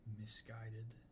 misguided